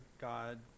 God